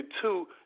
two